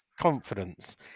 confidence